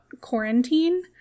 quarantine